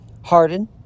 Harden